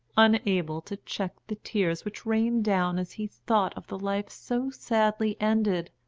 unable to check the tears which rained down as he thought of the life so sadly ended,